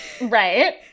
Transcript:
right